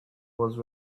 was